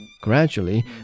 Gradually